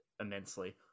immensely